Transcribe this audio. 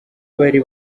bari